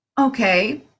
Okay